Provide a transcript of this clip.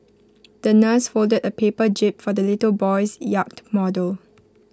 the nurse folded A paper jib for the little boy's yacht model